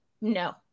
No